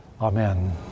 Amen